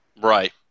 Right